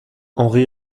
henry